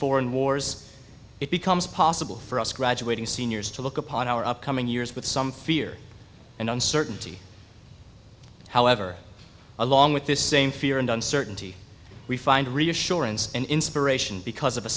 foreign wars it becomes possible for us graduating seniors to look upon our upcoming years with some fear and uncertainty however along with this same fear and uncertainty we find reassurance and inspiration because of a